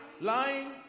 lying